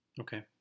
Okay